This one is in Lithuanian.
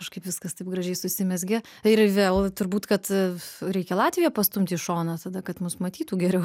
kažkaip viskas taip gražiai susimezgė tai ir vėl turbūt kad reikia latviją pastumti į šoną tada kad mus matytų geriau